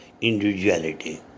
individuality